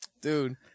dude